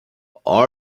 all